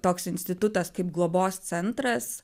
toks institutas kaip globos centras